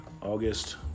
August